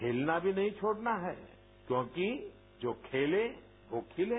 खेलना भी नहीं छोड़ना है क्योंकि जो खेले वो खिले